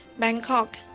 Bangkok